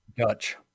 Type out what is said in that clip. Dutch